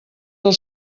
del